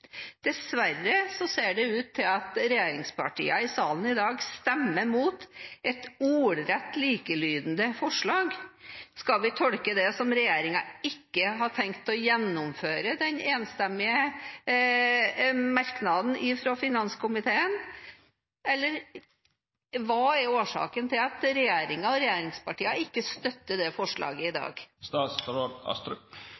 Dessverre ser det ut til at regjeringspartiene i salen i dag stemmer mot et ordrett, likelydende forslag. Skal vi tolke det som at regjeringen ikke har tenkt å gjennomføre den enstemmige merknaden fra finanskomiteen? Hva er årsaken til at regjeringen og regjeringspartiene ikke støtter det forslaget i